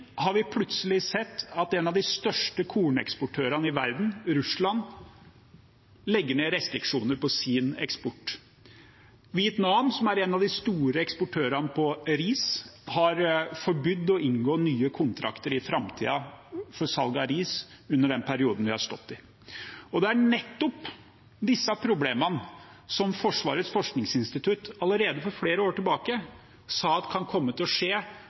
har vi plutselig sett at en av de største korneksportørene i verden, Russland, legger restriksjoner på sin eksport. Vietnam, som er en av de store eksportørene av ris, har forbydd å inngå nye kontrakter for salg av ris i framtiden i den perioden vi har stått i. Det er nettopp disse problemene Forsvarets forskningsinstitutt allerede for flere år siden sa kan komme når det blir forstyrrelser i markedene. Poenget med en forsikring er å